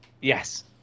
Yes